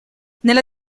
nella